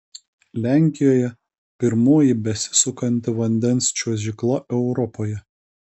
lenkijoje pirmoji besisukanti vandens čiuožykla europoje